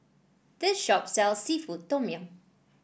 this shop sells seafood Tom Yum